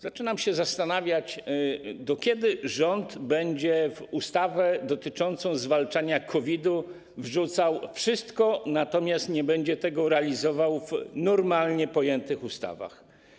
Zaczynam się zastanawiać, do kiedy rząd będzie w ustawę dotyczącą zwalczania COVID-u wrzucał wszystko, natomiast nie będzie tego realizował w normalnie pojmowanych ustawach.